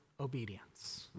obedience